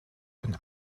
von